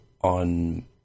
on